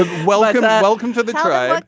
well welcome to the trial.